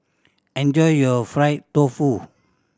enjoy your fried tofu